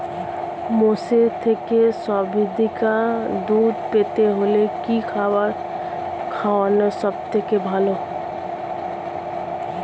মোষের থেকে সর্বাধিক দুধ পেতে হলে কি খাবার খাওয়ানো সবথেকে ভালো?